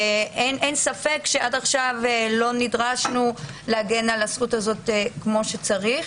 ואין ספק שעד כה לא נדרשנו להגן על הזכות הזו כמו שצריך.